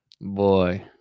Boy